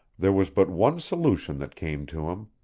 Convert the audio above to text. there was but one solution that came to him.